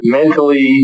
mentally